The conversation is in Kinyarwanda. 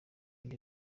ndi